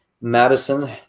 Madison